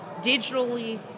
digitally